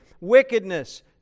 wickedness